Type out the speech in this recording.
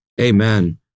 Amen